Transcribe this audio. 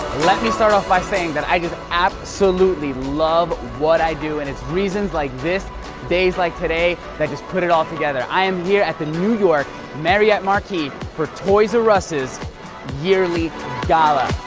let me start off by saying that i just absolutely love what i do and it's reasons like this days like today that just put it all together i am here at the new york marriott marquis for toys r us yearly gala